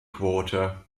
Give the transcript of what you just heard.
quote